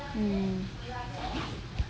mm